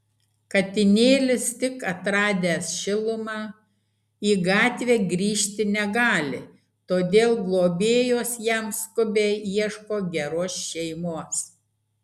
katinėlis tik atradęs šilumą į gatvę grįžti negali todėl globėjos jam skubiai ieško geros šeimos